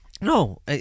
no